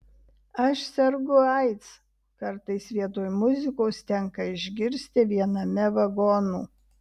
aš sergu aids kartais vietoj muzikos tenka išgirsti viename vagonų